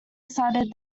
cited